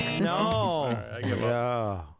No